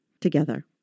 together